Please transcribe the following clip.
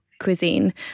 Cuisine